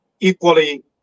equally